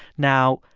now,